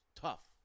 tough